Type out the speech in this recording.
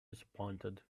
disappointed